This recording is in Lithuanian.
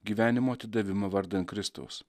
gyvenimo atidavimą vardan kristaus